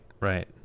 right